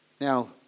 Now